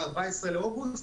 ב-14 באוגוסט,